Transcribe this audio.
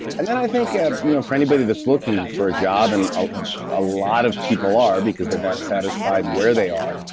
and then i think ah you know for anybody that's looking for a job and ah a lot of people are because they're not satisfied where they are,